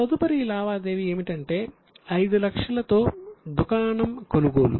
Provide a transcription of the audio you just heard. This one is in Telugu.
తదుపరి లావాదేవీ ఏమిటంటే 500000 తో దుకాణం కొనుగోలు